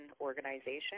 organization